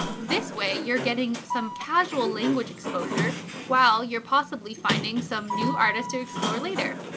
this way you're getting some casual language exposure while you're possibly finding some new artist to explore later.